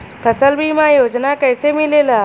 फसल बीमा योजना कैसे मिलेला?